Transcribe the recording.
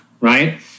right